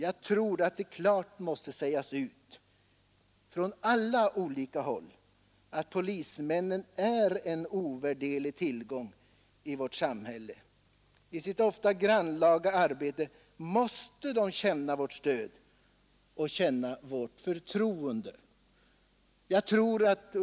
Jag tror att det klart måste sägas ut från alla håll att polismännen är en ovärderlig tillgång i vårt samhälle. I sitt ofta grannlaga arbete måste de känna vårt stöd och vårt förtroende.